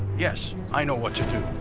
yes, i know what to do.